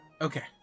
Okay